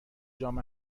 جام